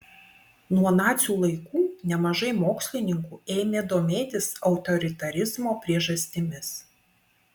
nuo nacių laikų nemažai mokslininkų ėmė domėtis autoritarizmo priežastimis